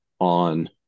on